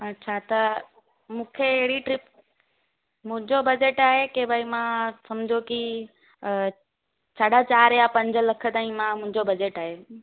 अच्छा त मूंखे अहिड़ी ट्रिप मुंहिंजो बजट आहे के भई मां समिझो की साढा चारि या पंज लख ताईं मुंहिंजो बजट आहे